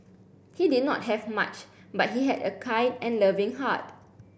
he did not have much but he had a kind and loving heart